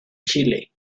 chile